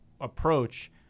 Approach